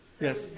Yes